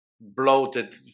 bloated